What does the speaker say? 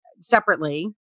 separately